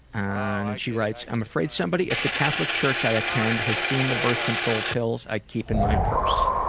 and she writes, i'm afraid somebody at the catholic church i attend has seen the birth control pills i keep in my purse.